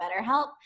BetterHelp